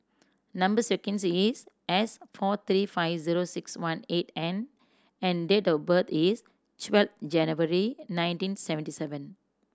number sequence is S four three five zero six one eight N and date of birth is twelve January nineteen seventy seven